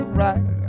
right